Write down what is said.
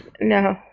No